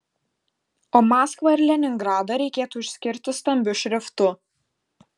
o maskvą ir leningradą reikėtų išskirti stambiu šriftu